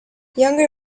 younger